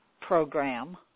program